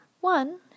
one